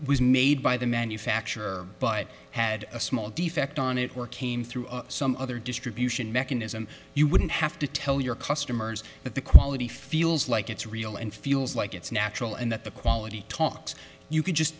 was made by the manufacturer but had a small defect on it or came through some other distribution mechanism you wouldn't have to tell your customers that the quality feels like it's real and feels like it's natural and that the quality talks you can just